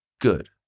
Good